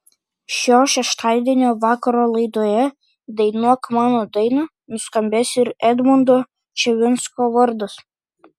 šio šeštadienio vakaro laidoje dainuok mano dainą nuskambės ir edmondo čivinsko vardas